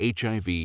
HIV